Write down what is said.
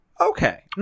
okay